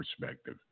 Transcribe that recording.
perspective